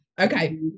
Okay